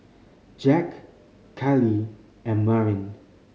Jack Kalie and Marin